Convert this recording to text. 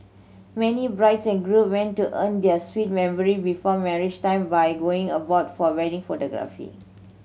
many brides and groom want to earn their sweet memory before marriage time by going abroad for wedding photography